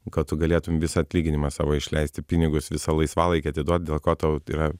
kad tu galėtum visą atlyginimą savo išleisti pinigus visą laisvalaikį atiduot dėl ko tau yra